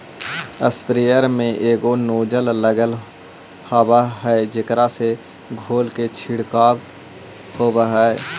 sprayer में एगो nozzle लगल होवऽ हई जेकरा से धोल के छिडकाव होवऽ हई